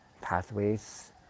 pathways